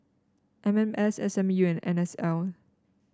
M M S S M U and N S L